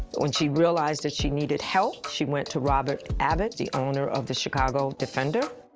when she realized that she needed help, she went to robert abbott, the owner of the chicago defender,